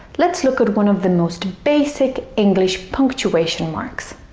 let's look at one of the most basic english punctuation marks.